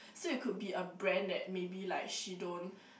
so you could be a brand that maybe like she don't